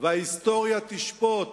וההיסטוריה תשפוט